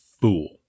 fool